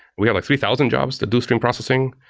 we have like three thousand jobs to do stream processing.